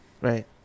Right